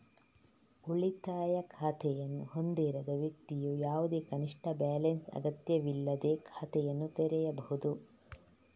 ಉಳಿತಾಯ ಖಾತೆಯನ್ನು ಹೊಂದಿರದ ವ್ಯಕ್ತಿಯು ಯಾವುದೇ ಕನಿಷ್ಠ ಬ್ಯಾಲೆನ್ಸ್ ಅಗತ್ಯವಿಲ್ಲದೇ ಖಾತೆಯನ್ನು ತೆರೆಯಬಹುದು